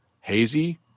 hazy